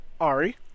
Ari